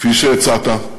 כפי שהצעת,